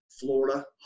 Florida